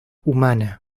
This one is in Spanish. humana